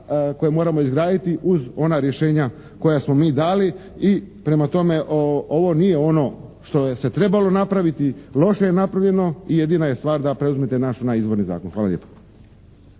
koje moramo izgraditi uz ona rješenja koja smo mi dali i prema tome ovo nije ono što je se trebalo napraviti, loše je napravljeno i jedina je stvar da preuzmete naš onaj izvorni zakon. Hvala lijepo.